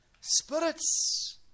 spirits